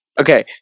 Okay